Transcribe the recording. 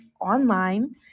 online